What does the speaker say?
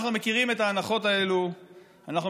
אנחנו מכירים את האנחות האלו,